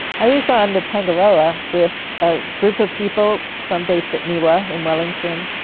i was on the tangaroa with a group of people, some based at niwa in wellington,